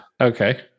Okay